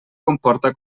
comporta